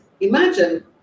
imagine